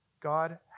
God